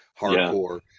hardcore